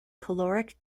caloric